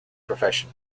profession